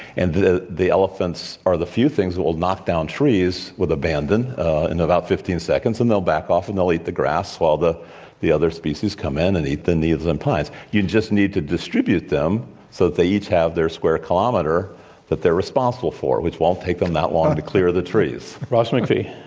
and the the elephants are the few things that will knock down trees with abandon, in about fifteen seconds, and they'll back off, and they'll eat the grass while the the other species come in and eat the needles and pines. you just need to distribute them so that they each have their square kilometer that they're responsible for, which won't take them that long to to clear the trees. ross macphee.